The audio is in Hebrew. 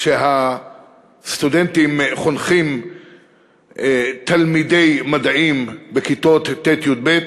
כשהסטודנטים חונכים תלמידי מדעים בכיתות ט'-י"ב,